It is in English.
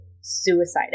suicide